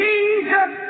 Jesus